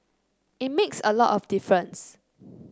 it makes a lot of difference